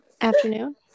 Afternoon